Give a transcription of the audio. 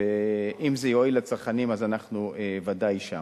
ואם זה יועיל לצרכנים אז אנחנו ודאי שם.